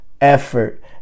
effort